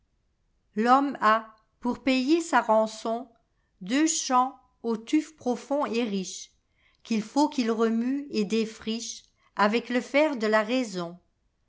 l'homme a pour payer sa rançon deux champs au tuf profond et riche qu'il faut qu'il remue et défricheavec le fer de la raison